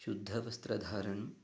शुद्धवस्त्रधारणम्